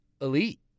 elite